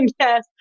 yes